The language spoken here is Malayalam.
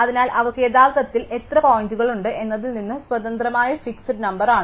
അതിനാൽ അവർക്ക് യഥാർത്ഥത്തിൽ എത്ര പോയിന്റുകളുണ്ട് എന്നതിൽ നിന്ന് സ്വതന്ത്രമായ ഫിക്സ് നമ്പർ അതാണ്